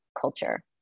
culture